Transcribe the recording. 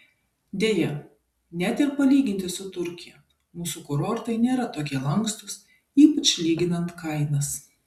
deja net ir palyginti su turkija mūsų kurortai nėra tokie lankstūs ypač lyginant kainas